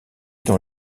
dans